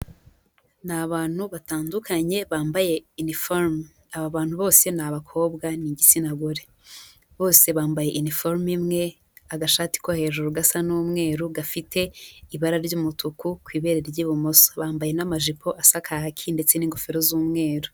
Ni abantu batandukanye bambaye iniforume aba bantu bose ni abakobwa ni igitsina gore, bose bambaye iniforume imwe agashati ko hejuru gasa n'umweru gafite ibara ry'umutuku ku ibere ry'ibumoso, bambaye n'amajipo asa kaki ndetse n'ingofero z'umweru.